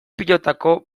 pilotako